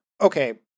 Okay